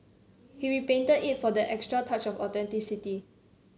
he repainted it if for that extra touch of authenticity